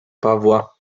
pawła